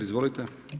Izvolite.